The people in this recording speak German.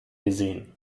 gesehen